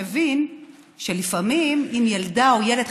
מבין שלפעמים אם ילדה או ילד,